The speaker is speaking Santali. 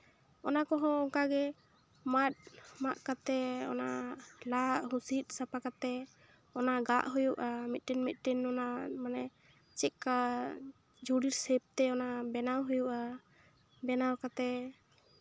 ᱚᱱᱟ ᱠᱚᱦᱚᱸ ᱚᱱᱠᱟᱜᱮ ᱢᱟᱜ ᱢᱟᱜ ᱠᱟᱛᱮ ᱚᱱᱟ ᱞᱟᱜ ᱦᱩᱥᱤᱫ ᱥᱟᱯᱷᱟ ᱠᱟᱛᱮ ᱚᱱᱟ ᱜᱟᱜ ᱦᱩᱭᱩᱜᱼᱟ ᱢᱤᱫᱴᱟᱝ ᱢᱤᱫᱴᱟᱝ ᱚᱱᱟ ᱢᱟᱱᱮ ᱪᱮᱫ ᱠᱟ ᱡᱷᱩᱲᱤ ᱥᱮᱯᱛᱮ ᱚᱱᱟ ᱵᱮᱱᱟᱣ ᱦᱩᱭᱩᱜᱼᱟ ᱵᱮᱱᱟᱣ ᱠᱟᱛᱮ